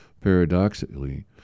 paradoxically